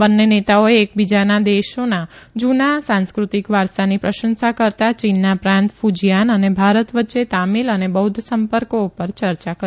બંને નેતાઓએ એક બીજાના દેશના જુના સાંસ્કૃતિક વારસાની પ્રશંસા કરતા ચીનના પ્રાંત કુજિયાન અને ભારત વચ્ચે તામીલ અને બૌધ્ધ સંપર્કો પર ચર્ચા કરી